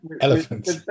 elephants